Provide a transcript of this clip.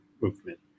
movement